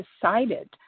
decided